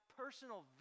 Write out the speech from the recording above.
personal